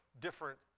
different